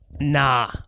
Nah